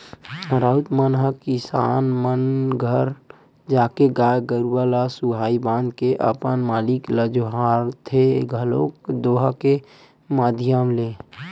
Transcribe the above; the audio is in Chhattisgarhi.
राउत मन ह किसान मन घर जाके गाय गरुवा ल सुहाई बांध के अपन मालिक ल जोहारथे घलोक दोहा के माधियम ले